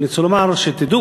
אני רוצה לומר שתדעו